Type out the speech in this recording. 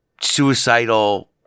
suicidal